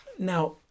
Now